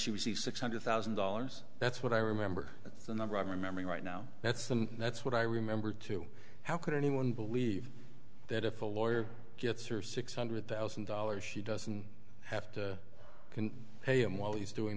she was the six hundred thousand dollars that's what i remember that's the number i'm remembering right now that's that's what i remember too how could anyone believe that if a lawyer gets or six hundred thousand dollars she doesn't have to pay him while he's doing